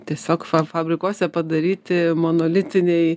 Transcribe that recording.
tiesiog fa fabrikuose padaryti monolitiniai